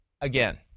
Again